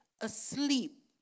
asleep